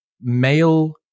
male